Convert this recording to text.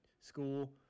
school